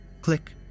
Click